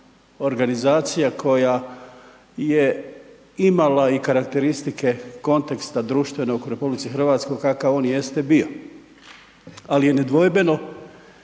organizacija koja je imala i karakteristike konteksta društvenog u Republici Hrvatskoj kakav on jeste bio, ali je nedvojbeno